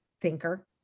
thinker